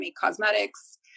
cosmetics